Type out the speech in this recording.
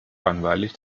langweilig